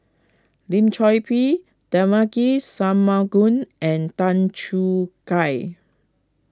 Lim Chor Pee Devagi Sanmugam and Tan Choo Kai